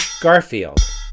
Garfield